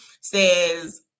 says